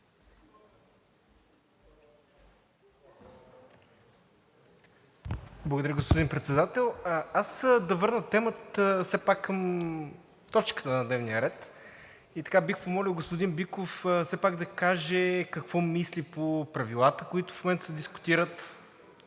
Благодаря, господин Председател! Аз да върна темата все пак към точката на дневния ред. И така, бих помолил господин Биков все пак да каже какво мисли по правилата, които в момента се дискутират.